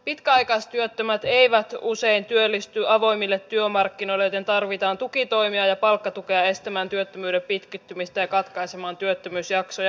pitkäaikaistyöttömät eivät usein työllisty avoimille työmarkkinoille joten tarvitaan tukitoimia ja palkkatukea estämään työttömyyden pitkittymistä ja katkaisemaan työttömyysjaksoja